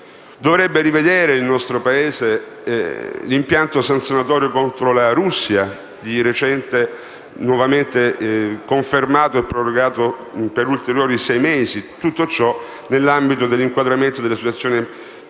dovrebbe rivedere l'impianto sanzionatorio contro la Russia, recentemente confermato e prorogato per ulteriori sei mesi. Tutto ciò nell'ambito dell'inquadramento della situazione politica